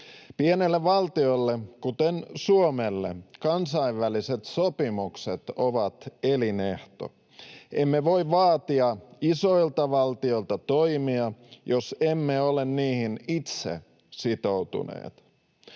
Pienelle valtiolle, kuten Suomelle, kansainväliset sopimukset ovat elinehto. Emme voi vaatia isoilta valtioilta toimia, jos emme ole niihin itse sitoutuneet.